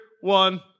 one